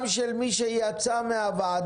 גם של מי שיצא מהוועדה.